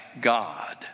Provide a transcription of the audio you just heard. God